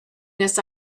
this